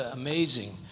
amazing